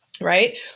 right